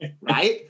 right